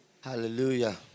Hallelujah